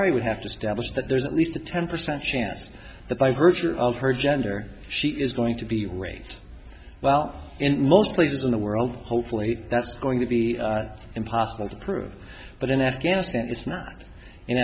i would have to stablish that there's at least a ten percent chance that by virtue of her gender she is going to be raped well in most places in the world hopefully that's going to be impossible to prove but in afghanistan it's not in